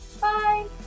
Bye